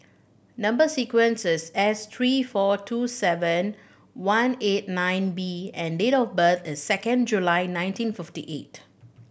number sequence is S three four two seven one eight nine B and date of birth is second July nineteen fifty eight